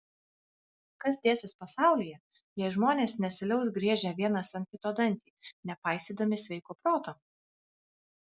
kas dėsis pasaulyje jei žmonės nesiliaus griežę vienas ant kito dantį nepaisydami sveiko proto